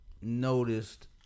noticed